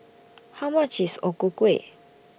How much IS O Ku Kueh